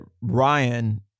Ryan